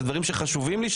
אלה דברים שחשובים לי,